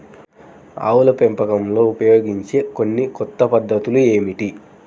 ఆవుల పెంపకంలో ఉపయోగించే కొన్ని కొత్త పద్ధతులు ఏమిటీ?